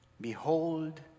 Behold